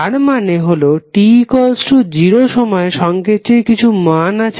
তার মানে হলো t0 সময়ে সংকেতটির কিছু মান আছে